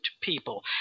people